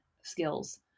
skills